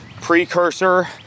precursor